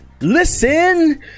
listen